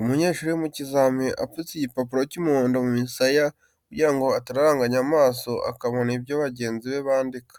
Umunyeshuri uri mu kizami apfutse igipapuro cy'umuhondo mu misaya kugira ngo atararanganya amaso akabona ibyo bagenzi be bandika.